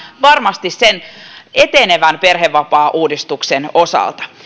varmasti pohjana sen etenevän perhevapaauudistuksen osalta